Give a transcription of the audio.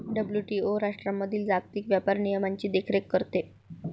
WTO राष्ट्रांमधील जागतिक व्यापार नियमांची देखरेख करते